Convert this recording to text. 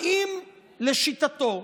האם לשיטתו,